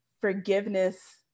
forgiveness